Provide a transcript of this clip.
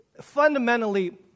fundamentally